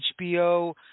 HBO